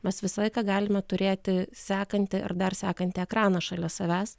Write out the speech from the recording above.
mes visą laiką galime turėti sekantį ir dar sekantį ekraną šalia savęs